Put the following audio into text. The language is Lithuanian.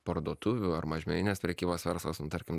parduotuvių ar mažmeninės prekybos verslas nu tarkim